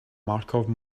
markov